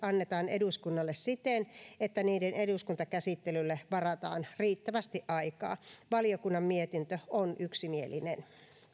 annetaan eduskunnalle siten että niiden eduskuntakäsittelylle varataan riittävästi aikaa valiokunnan mietintö on yksimielinen